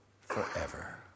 forever